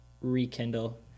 rekindle